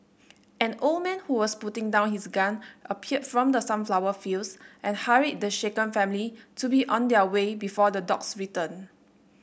an old man who was putting down his gun appeared from the sunflower fields and hurried the shaken family to be on their way before the dogs return